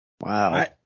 Wow